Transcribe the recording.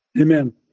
Amen